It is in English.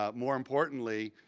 ah more importantly,